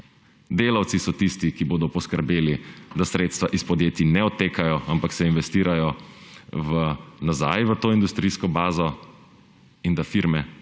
Delavci so tisti, ki bodo poskrbeli, da sredstva iz podjetij ne odtekajo, ampak se investirajo nazaj v to industrijsko bazo, in da firme